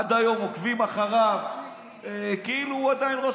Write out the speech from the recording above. עד היום עוקבים אחריו כאילו הוא עדיין ראש